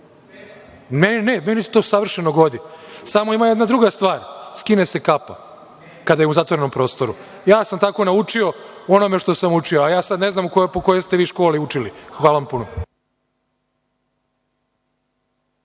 ne, meni to savršeno godi, samo ima jedna druga stvar, skine se kapa kada je u zatvorenom prostoru. Ja sam tako sam naučio o onome što sam učio, a ja sad ne znam po kojoj školi ste vi učili. Hvala vam puno.